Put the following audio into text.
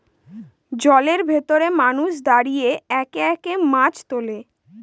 জলের ভেতরে মানুষ দাঁড়িয়ে একে একে মাছ তোলে